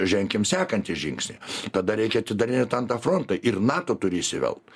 ženkim sekantį žingsnį tada reikia atidarinėt antrą frontą ir nato turi įsivelt